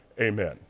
amen